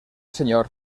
senyor